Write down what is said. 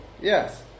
yes